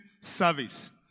service